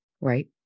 Right